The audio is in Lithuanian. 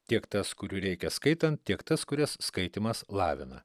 tiek tas kurių reikia skaitant tiek tas kurias skaitymas lavina